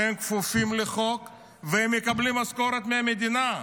שהם כפופים לחוק ומקבלים משכורת מהמדינה,